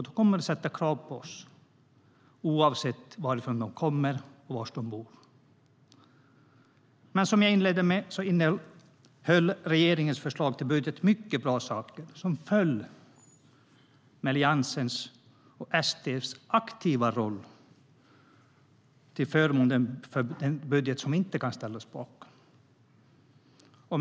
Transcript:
De kommer att ställa krav på oss oavsett varifrån de kommer och var de bor. Som jag inledde med att säga innehöll regeringens förslag till budget mycket bra saker som föll med Alliansen och SD:s aktiva roll till förmån för den budget som vi inte kan ställa oss bakom.